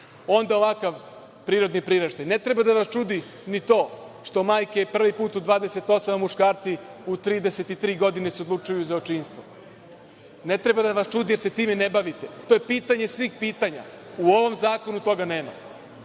onda ovakav prirodni priraštaj. Ne treba da vas čudi ni to što majke prvi put u 28, a muškarci u 33 godine se odlučuju za očinstvo. Ne treba da vas čudi, jer se time ne bavite. To je pitanje svih pitanja. U ovom zakonu toga nema. Ne